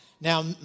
Now